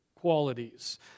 qualities